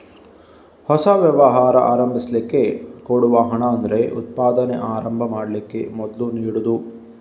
ಹೊಸ ವ್ಯವಹಾರ ಆರಂಭಿಸ್ಲಿಕ್ಕೆ ಕೊಡುವ ಹಣ ಅಂದ್ರೆ ಉತ್ಪಾದನೆ ಆರಂಭ ಮಾಡ್ಲಿಕ್ಕೆ ಮೊದ್ಲು ನೀಡುದು